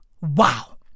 wow